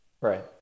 Right